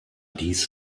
dies